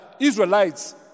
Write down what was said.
Israelites